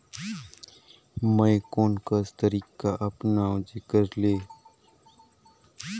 मैं कोन कस तरीका अपनाओं जेकर से मोर अनाज म नमी झन रहे?